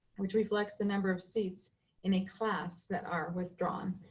which reflects the number of seats in a class that are withdrawn.